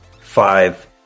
five